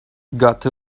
got